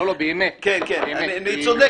היא צודקת.